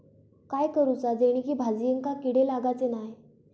काय करूचा जेणेकी भाजायेंका किडे लागाचे नाय?